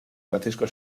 francisco